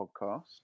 podcast